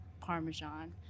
parmesan